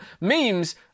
memes